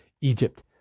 Egypt